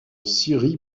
syrie